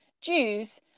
Jews